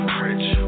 rich